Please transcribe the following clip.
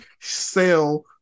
sell